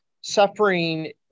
suffering